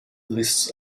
lists